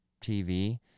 TV